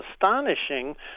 astonishing